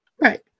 Right